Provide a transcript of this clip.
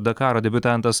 dakaro debiutantas